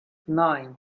nine